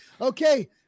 Okay